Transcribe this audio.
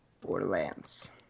Borderlands